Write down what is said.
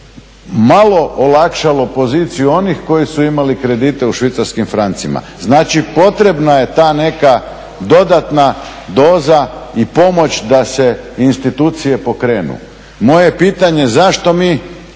malo olakšalo poziciju onih koji su imali kredite u švicarskim francima. Znači, potrebna je ta neka dodatna doza i pomoć da se institucije pokrenu. Moje je pitanje zašto mi